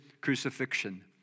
crucifixion